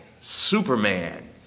Superman